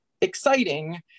exciting